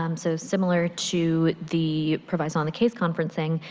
um so, similar to the proviso on the case conferencing,